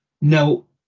no